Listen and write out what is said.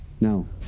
No